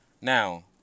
Now